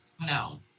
No